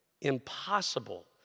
impossible